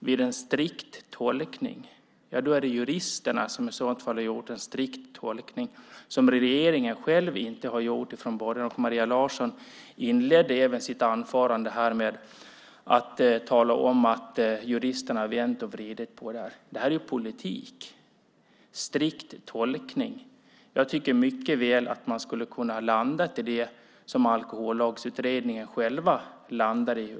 "Vid en strikt tolkning" står det. Då är det juristerna som har gjort en strikt tolkning som regeringen själv inte har gjort från början. Maria Larsson inledde även sitt anförande här med att tala om att juristerna vänt och vridit på detta. Det här är politik. "Strikt tolkning". Jag tycker mycket väl att man skulle ha kunnat landa i det som Alkohollagsutredningen landade i.